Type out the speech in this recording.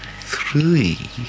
Three